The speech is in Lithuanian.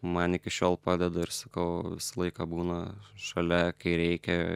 man iki šiol padeda ir sakau visą laiką būna šalia kai reikia